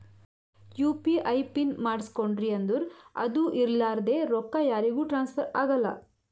you P I pin ಮಾಡುಸ್ಕೊಂಡ್ರಿ ಅಂದುರ್ ಅದು ಇರ್ಲಾರ್ದೆ ರೊಕ್ಕಾ ಯಾರಿಗೂ ಟ್ರಾನ್ಸ್ಫರ್ ಆಗಲ್ಲಾ